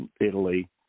Italy